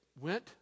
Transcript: went